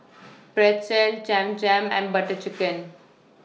Pretzel Cham Cham and Butter Chicken